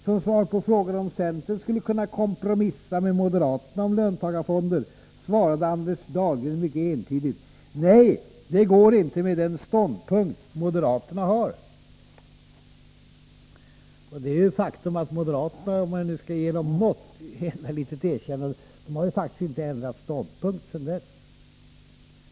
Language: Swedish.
Som svar på frågan om centern skulle kunna kompromissa med moderaterna om löntagarfonder, svarade Anders Dahlgren mycket entydigt: ”Nej, det går inte med den ståndpunkt moderaterna har.” Det är ju ett faktum att moderaterna — om jag nu skall ge dem ett litet erkännande -— faktiskt inte har ändrat ståndpunkt sedan dess.